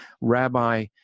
rabbi